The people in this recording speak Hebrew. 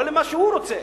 לא למה שהוא רוצה.